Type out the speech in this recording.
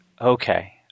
Okay